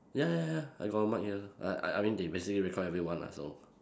ya ya ya I got a mic here like I I mean they basically record everyone lah so